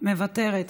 מוותרת.